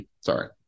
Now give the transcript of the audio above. Sorry